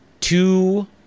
two